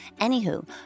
Anywho